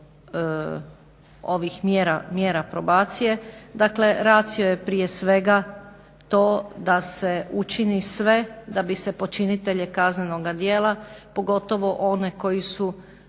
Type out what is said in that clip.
ovih mjera probacije, dakle ratio je prije svega to da se učini sve da bi se počinitelje kaznenog djela, pogotovo one koji su